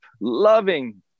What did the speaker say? loving